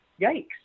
yikes